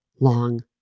long